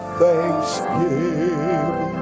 thanksgiving